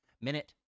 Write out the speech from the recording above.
minute